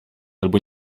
albo